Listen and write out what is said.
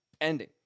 ending